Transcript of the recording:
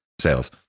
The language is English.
Sales